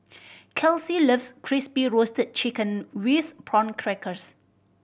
Kelcie loves Crispy Roasted Chicken with Prawn Crackers